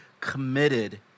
committed